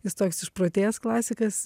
jis toks išprotėjęs klasikas